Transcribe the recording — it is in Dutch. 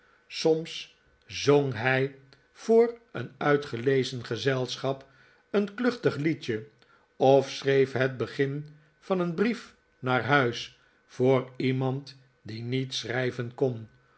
soms zong hij voor een uitgelezen gezelschap een kluchtig liedje of schreef het begin van een brief naar huis voor iemand die niet schrijven kon